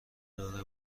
دار